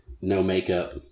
no-makeup